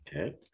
Okay